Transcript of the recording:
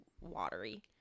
watery